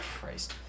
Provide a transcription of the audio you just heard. Christ